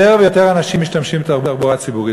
יותר ויותר אנשים משתמשים בתחבורה הציבורית,